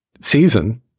season